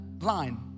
line